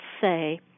say